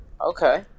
okay